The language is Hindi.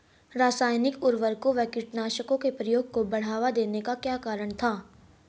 रासायनिक उर्वरकों व कीटनाशकों के प्रयोग को बढ़ावा देने का क्या कारण था?